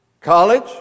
College